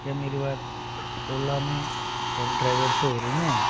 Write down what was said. क्या मेरी बात ओला में कैब ड्राइवर से हो रही है